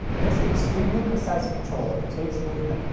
this extremely precise control of the tape's movement,